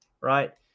right